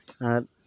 ᱟᱨ